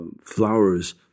flowers